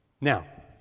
Now